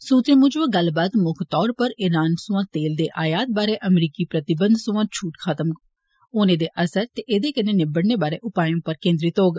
सूत्रे मुजब गल्लबात मुक्ख तौर उप्पर ईरान सोआं तेल दे आयात बारै अमरीकी प्रतिबंध सोआं छूट खत्म होने दे असर ते एदे कन्न्नै निब्बड़ने बारै उपाए उप्पर केंद्रित होग